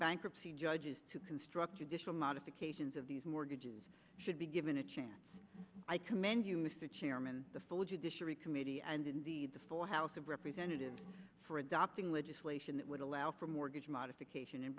bankruptcy judges to construct additional modifications of these mortgages should be given a chance i commend you mr chairman the full judiciary committee and indeed the full house of representatives for adopting legislation that would allow for mortgage modification in